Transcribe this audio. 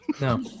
No